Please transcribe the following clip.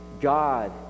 God